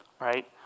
right